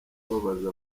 ababaza